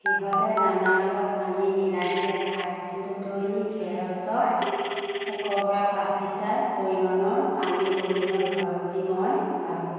সিহঁতে দানাৰ লগত পানী মিলাই দিলে খায় কিন্তু দৈনিক সিহঁতক একৰপৰা পাঁচ লিটাৰ পৰিমাণৰ পানীৰ প্ৰয়োজন হয় বুলি মই ভাবোঁ